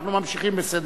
32